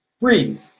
Breathe